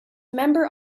member